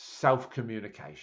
self-communication